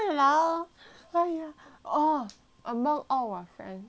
!aiya! oh among all our friends does that include 我